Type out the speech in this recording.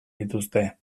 dituzte